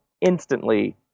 instantly